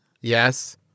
Yes